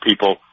people